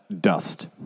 dust